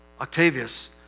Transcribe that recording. Octavius